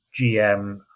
GM